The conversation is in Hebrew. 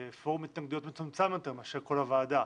התנגדויות מצומצם יותר מאשר כל הוועדה.